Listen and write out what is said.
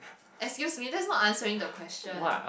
excuse me that's not answering the question